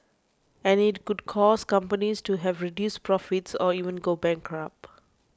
and it could cause companies to have reduced profits or even go bankrupt